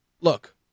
Look